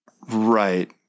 Right